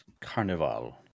carnival